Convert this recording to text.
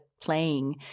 playing